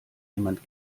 jemand